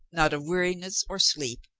not of weariness or sleep,